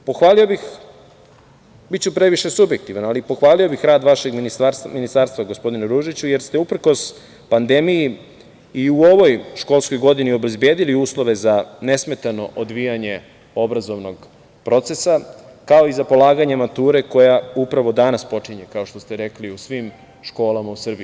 Pohvalio bih, biću previše subjektivan, ali pohvalio bih rad vašeg ministarstva, gospodine Ružiću, jer ste uprkos pandemiji i u ovoj školskoj godini obezbedili uslove za nesmetano odvijanje obrazovnog procesa, kao i za polaganje mature koja upravo danas počinje, kao što ste rekli, u svim školama u Srbiji.